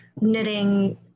knitting